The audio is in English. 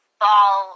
ball